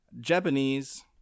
Japanese